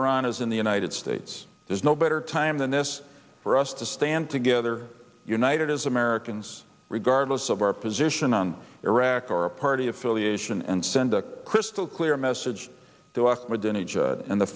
iran is in the united states there's no better time than this for us to stand together united as americans regardless of our position on iraq or a party affiliation and send a crystal clear message